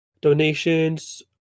donations